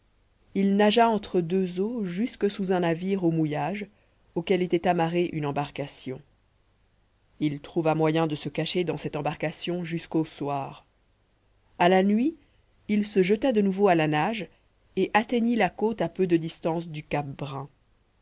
il nagea entre deux eaux jusque sous un navire au mouillage auquel était amarrée une embarcation il trouva moyen de se cacher dans cette embarcation jusqu'au soir à la nuit il se jeta de nouveau à la nage et atteignit la côte à peu de distance du cap brun